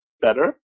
better